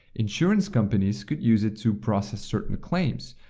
insurance companies could use it to process certain claims.